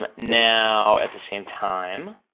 but now, at the same time,